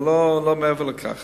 אבל לא מעבר לכך.